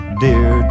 Dear